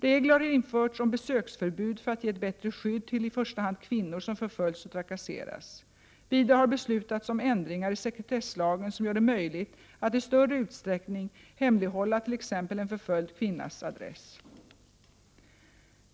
Regler har införts om besöksförbud för att ge ett bättre skydd till i första hand kvinnor som förföljs och trakasseras. Vidare har beslutats om ändringar i sekretesslagen som gör det möjligt att i större utsträckning hemlighålla t.ex. en förföljd kvinnas adress.